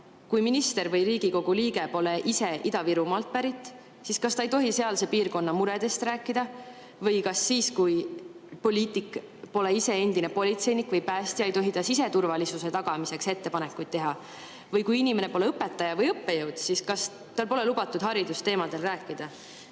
Kui minister või Riigikogu liige pole ise Ida-Virumaalt pärit, siis kas ta ei tohi sealse piirkonna muredest rääkida? Või kas siis, kui poliitik pole ise endine politseinik või päästja, ei tohi ta siseturvalisuse tagamiseks ettepanekuid teha? Või kui inimene pole õpetaja või õppejõud, siis kas tal pole lubatud haridusteemadel rääkida?